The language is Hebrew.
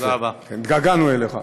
התגעגענו אליך.